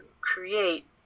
create